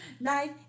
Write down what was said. Life